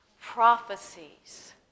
Prophecies